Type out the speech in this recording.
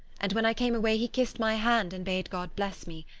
and when i came away he kissed my hand and bade god bless me.